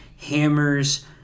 hammers